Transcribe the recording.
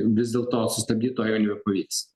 vis dėlto sustabdyt to jau nebepavyks